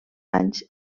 anys